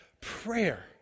prayer